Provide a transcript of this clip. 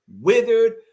withered